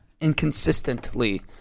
inconsistently